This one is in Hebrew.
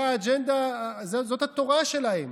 שזאת התורה שלהם,